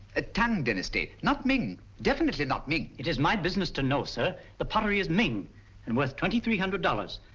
ah tang dynasty not ming. definitely not ming. it is my business to know, sir. the pottery is ming and worth twenty-three hundred dollars.